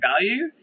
value